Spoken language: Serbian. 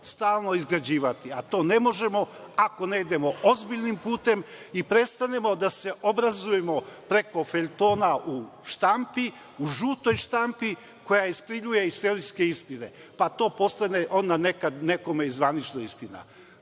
stalno izgrađivati, a to ne možemo ako ne idemo ozbiljnim putem i prestanemo da se obrazujemo preko feljtona u štampi, u žutoj štampi, koja iskrivljuje istorijske istine, pa to postane onda nekome i zvanično istina.